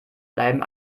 bleiben